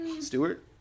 Stewart